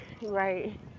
Right